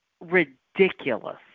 ridiculous